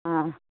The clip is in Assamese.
অঁ